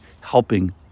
helping